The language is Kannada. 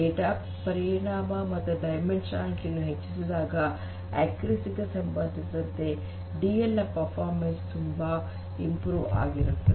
ಡೇಟಾ ಪರಿಮಾಣ ಮತ್ತು ಡೈಮೆಂಷನಾಲಿಟಿ ಯನ್ನು ಹೆಚ್ಚಿಸಿದಾಗ ನಿಖರತೆಗೆ ಸಂಬಂಧಿಸಿದಂತೆ ಡಿಎಲ್ ನ ಕಾರ್ಯಕ್ಷಮತೆ ತುಂಬಾ ಸುಧಾರಿಸುತ್ತದೆ